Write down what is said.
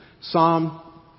Psalm